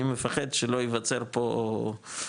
אני מפחד שלא ייווצר פה,